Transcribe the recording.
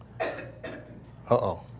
Uh-oh